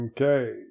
Okay